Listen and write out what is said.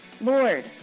Lord